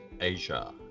Asia